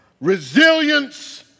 resilience